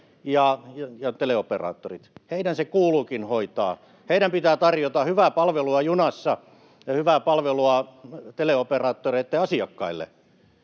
ja teleoperaattorit. Heidän se kuuluukin hoitaa, heidän pitää tarjota hyvää palvelua junassa ja hyvää palvelua teleoperaattoreitten asiakkaille.